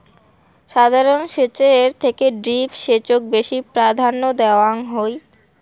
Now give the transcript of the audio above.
সাধারণ সেচের থেকে ড্রিপ সেচক বেশি প্রাধান্য দেওয়াং হই